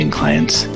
clients